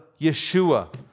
Yeshua